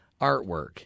artwork